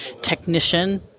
technician